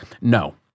no